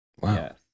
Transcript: Wow